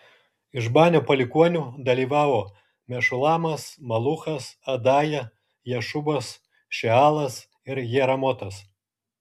iš banio palikuonių dalyvavo mešulamas maluchas adaja jašubas šealas ir jeramotas